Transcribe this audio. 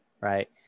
right